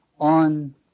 on